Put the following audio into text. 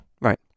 Right